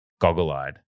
goggle-eyed